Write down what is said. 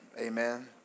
Amen